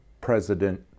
President